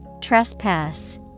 Trespass